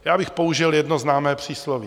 Já bych použil jedno známé přísloví.